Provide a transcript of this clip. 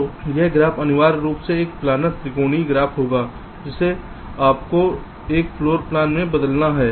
तो यह ग्राफ अनिवार्य रूप से एक प्लानर त्रिकोणीय ग्राफ होगा जिसे आपको एक फ्लोर प्लान में बदलना है